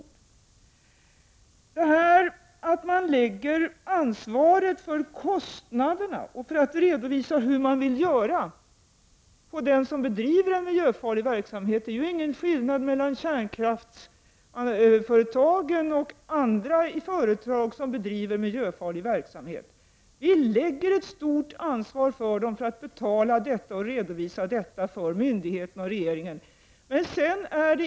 När det gäller att lägga ansvaret för kostnaderna och för att redovisa metoderna på den som bedriver en miljöfarlig verksamhet är det ju ingen skillnad mellan kärnkraftsföretag och andra företag som bedriver miljöfarlig verksamhet. Det innebär ett stort ansvar för industrin att betala och redovisa detta för myndigheterna och regeringen.